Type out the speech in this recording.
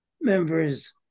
members